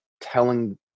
telling